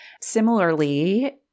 Similarly